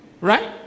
Right